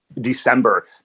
December